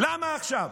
למה עכשיו?